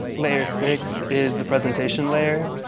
layer six is the presentation layer,